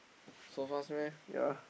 so fast meh